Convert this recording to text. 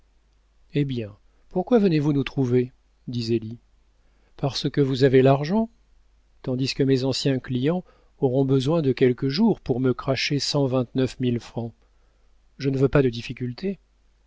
eh bien pourquoi venez-vous nous trouver dit zélie parce que vous avez l'argent tandis que mes anciens clients auront besoin de quelques jours pour me cracher cent vingt-neuf mille francs je ne veux pas de difficultés